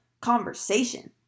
conversation